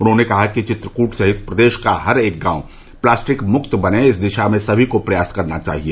उन्होंने कहा कि चित्रकूट सहित प्रदेश का हर एक गांव प्लास्टिक मुक्त बने इस दिशा में सभी को प्रयास करना चाहिए